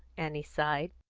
annie sighed.